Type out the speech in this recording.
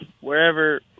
wherever